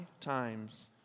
times